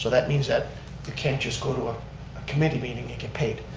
that means that you can't just go to a committee meeting and get paid,